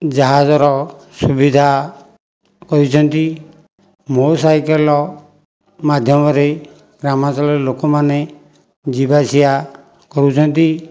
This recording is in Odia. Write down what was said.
ଜାହାଜର ସୁବିଧା କରିଛନ୍ତି ମୋ ସାଇକେଲ ମାଧ୍ୟମରେ ଗ୍ରାମାଞ୍ଚଳର ଲୋକମାନେ ଯିବା ଆସିବା କରୁଛନ୍ତି